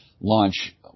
launch